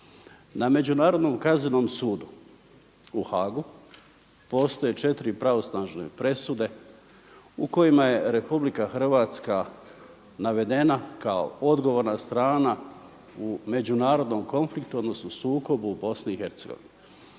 Na Međunarodnom kaznenom sudu u Haagu postoje četiri pravosudne presude u kojima je RH navedena kao odgovorna strana u međunarodnom konfliktu odnosno sukobu u BiH.